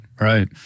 right